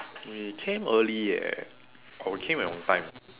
we came early eh or we came at on time